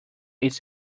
its